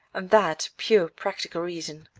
and that pure practical reason.